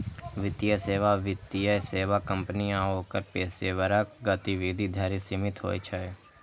वित्तीय सेवा वित्तीय सेवा कंपनी आ ओकर पेशेवरक गतिविधि धरि सीमित होइ छै